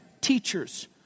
teachers